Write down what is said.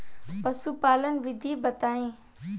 पशुपालन विधि बताई?